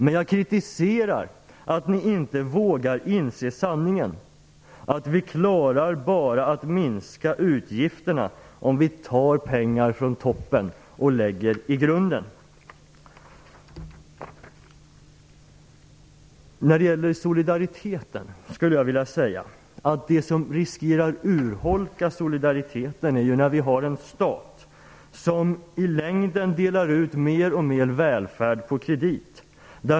Men jag kritiserar att ni inte vågar inse sanningen - vi klarar bara att minska utgifterna om vi tar pengar från toppen och lägger i grunden. Solidariteten riskerar att urholkas när vi har en stat som i längden delar ut mer och mer välfärd på kredit.